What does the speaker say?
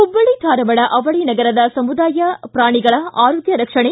ಹುಬ್ವಳ್ಳಿ ಧಾರವಾಡ ಅವಳಿ ನಗರದ್ ಸಮುದಾಯ ಪ್ರಾಣಿಗಳ ಆರೋಗ್ಯ ರಕ್ಷಣೆ